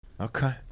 Okay